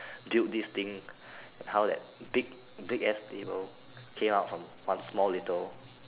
build this thing and how that big bigass table came out from one small little